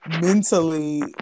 mentally